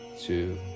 two